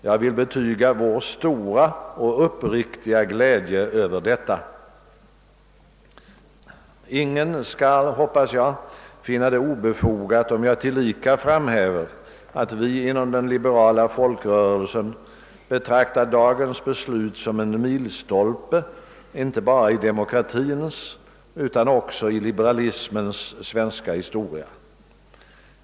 Jag vill betyga vår stora och uppriktiga glädje över detta. Ingen skall, hoppas jag, finna det obefogat om jag tillika framhäver att vi inom den liberala folkrörelsen betraktar dagens beslut som en milstolpe inte bara i demokratins utan också i liberalismens svenska historia.